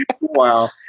Wow